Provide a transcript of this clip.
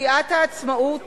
סיעת העצמאות